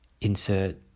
insert